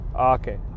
Okay